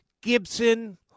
Gibson